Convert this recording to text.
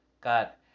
got